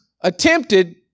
attempted